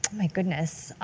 my goodness.